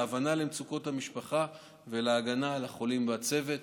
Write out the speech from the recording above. ההבנה למצוקות המשפחה וההגנה על החולים והצוות.